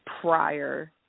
prior